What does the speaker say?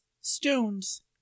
stones